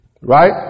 Right